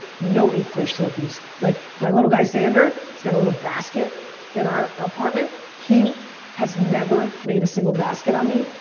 no eighth place trophies. like, my little guy xander, he's got a little basket in our apartment, he has never made a single basket on me,